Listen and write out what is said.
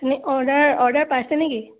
এনেই order order পাইছে নে কি